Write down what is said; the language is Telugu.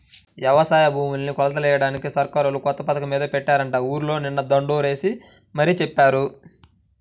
యవసాయ భూముల్ని కొలతలెయ్యడానికి సర్కారోళ్ళు కొత్త పథకమేదో పెట్టారని ఊర్లో నిన్న దండోరా యేసి మరీ చెప్పారు